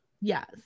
yes